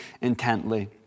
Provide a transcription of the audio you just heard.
intently